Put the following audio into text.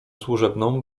służebną